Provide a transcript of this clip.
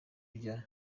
rya